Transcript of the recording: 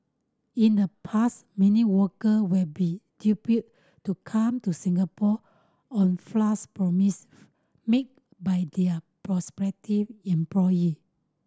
in the past many worker would be duped to come to Singapore on promise made by their prospective employee